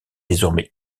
désormais